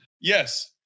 Yes